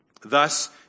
Thus